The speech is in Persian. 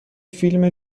فیلم